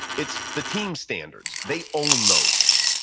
it's the team standards. they own those.